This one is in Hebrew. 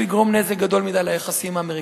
יגרום נזק גדול מדי ליחסים עם האמריקנים.